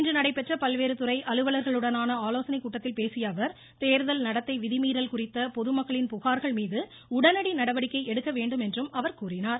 இன்று நடைபெற்ற பல்வேறு துறை அலுவலர்களுடனான ஆலோசனைக் கூட்டத்தில் பேசிய அவர் தேர்தல் நடத்தை விதிமீறல் குறித்த பொதுமக்களின் புகார்கள் உடனடி நடவடிக்கை எடுக்க வேண்டும் என்றும் அவர் கூறியுள்ளார்